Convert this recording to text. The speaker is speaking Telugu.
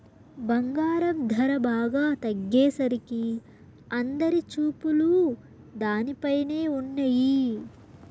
బంగారం ధర బాగా తగ్గేసరికి అందరి చూపులు దానిపైనే ఉన్నయ్యి